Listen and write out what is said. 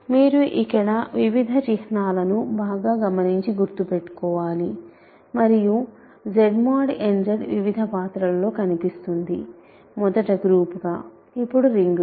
మీరు ఇక్కడ వివిధ చిహ్నాలను బాగా గమనించి గుర్తు పెట్టుకోవాలి మరియు Z mod n Z వివిధ పాత్రలలో కనిపిస్తుంది మొదట గ్రూప్ గా ఇప్పుడు రింగ్గా